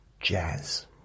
jazz